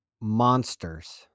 Monsters